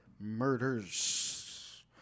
murders